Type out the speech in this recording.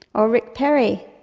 or rick perry,